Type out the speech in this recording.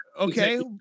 Okay